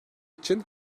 için